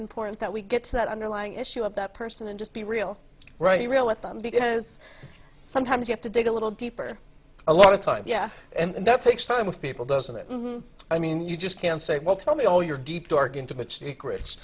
important that we get to that underlying issue of that person and just be real right real with them because sometimes you have to dig a little deeper a lot of times yeah and that takes time with people doesn't it i mean you just can't say well tell me all your deep dark intimate secrets